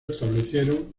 establecieron